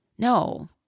No